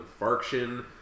infarction